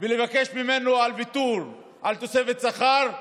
ולבקש ממנו ויתור על תוספת שכר,